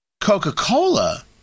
Coca-Cola